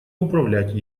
управлять